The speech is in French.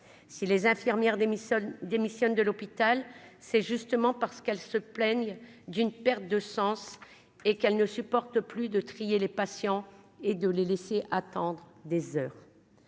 si les infirmières démissionne, démissionne de l'hôpital, c'est justement parce qu'elle se plaignent d'une perte de sens et qu'elle ne supporte plus de trier les patients et de les laisser attendre des heures,